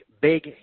big